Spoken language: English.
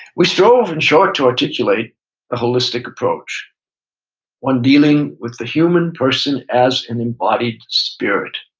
we still often show it to articulate a wholistic approach when dealing with the human person as an embodied spirit.